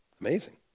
Amazing